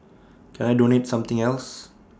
can I donate something else